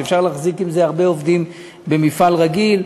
שאפשר להחזיק עם זה הרבה עובדים במפעל רגיל,